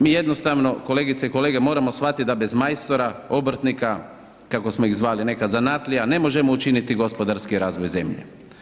Mi jednostavno kolegice i kolege moramo shvatiti da bez majstora obrtnika kako smo iz zvali nekad zanatlija, ne možemo učiniti gospodarski razvoj zemlje.